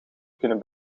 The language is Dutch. kunnen